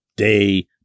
Day